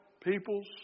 peoples